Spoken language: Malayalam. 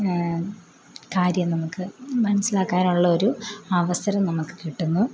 കാര്യം നമുക്ക് മനസ്സിലാക്കാനുള്ള ഒരു അവസരം നമുക്ക് കിട്ടുന്നു